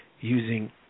using